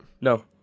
No